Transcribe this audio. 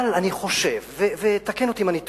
אבל אני חושב, ותקן אותי אם אני טועה,